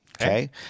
Okay